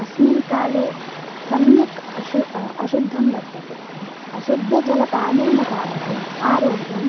अस्मिन् काले सम्यक् अशु अशुद्धं वर्तते अशुद्धजलपानेन तावत् आरोग्यं